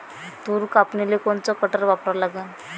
तूर कापनीले कोनचं कटर वापरा लागन?